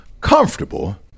comfortable